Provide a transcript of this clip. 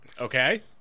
Okay